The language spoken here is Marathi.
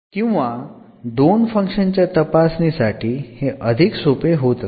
किंवा दोन फंक्शन च्या तपासणीसाठी हे अधिक सोपे होत असते